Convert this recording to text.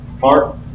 Mark